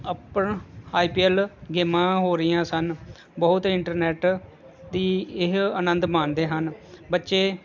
ਆਪਣਾ I P L ਗੇਮਾਂ ਹੋ ਰਹੀਆਂ ਸਨ ਬਹੁਤ ਇੰਟਰਨੈੱਟ ਦੀ ਇਹ ਆਨੰਦ ਮਾਣਦੇ ਹਨ ਬੱਚੇ